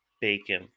bacon